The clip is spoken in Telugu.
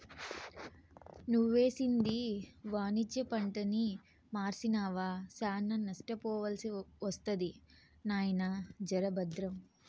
నువ్వేసింది వాణిజ్య పంటని మర్సినావా, శానా నష్టపోవాల్సి ఒస్తది నాయినా, జర బద్రం